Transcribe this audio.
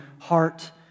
heart